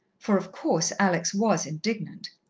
for, of course, alex was indignant.